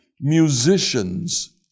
musicians